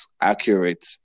accurate